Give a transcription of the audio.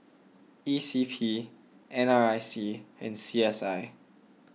E C P N R I C and C S I